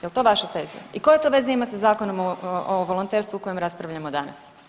Je li to vaša teza i koje to veze ima sa Zakonom o volonterstvu o kojem raspravljamo danas?